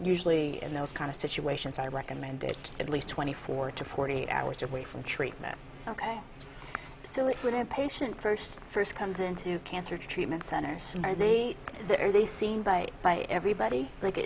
usually in those kind of situations i recommend it at least twenty four to forty eight hours away from treatment ok so it would have patient first first comes into cancer treatment centers are they there are they seen by by everybody like